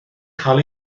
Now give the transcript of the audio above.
cael